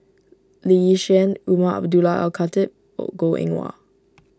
Lee Yi Shyan Umar Abdullah Al Khatib Goh Eng Wah